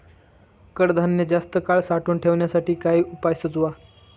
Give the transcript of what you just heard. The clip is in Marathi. कडधान्य जास्त काळ साठवून ठेवण्यासाठी काही उपाय सुचवा?